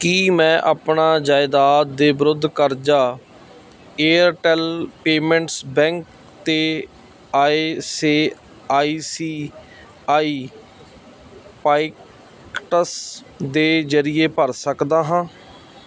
ਕੀ ਮੈਂ ਆਪਣਾ ਜਾਇਦਾਦ ਦੇ ਵਿਰੁੱਧ ਕਰਜ਼ਾ ਏਅਰਟੈੱਲ ਪੇਮੈਂਟਸ ਬੈਂਕ ਅਤੇ I C I C I pockets ਦੇ ਜਰੀਏ ਭਰ ਸਕਦਾ ਹਾਂ